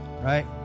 right